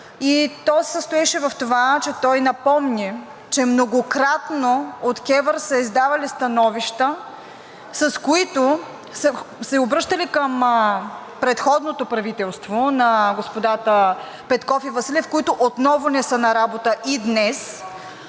То се състоеше в това, че напомни, че многократно от КЕВР са издавали становища, с които са се обръщали към предходното правителство – на господата Петков и Василев, които отново не са на работа и днес,